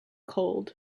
cold